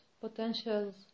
potentials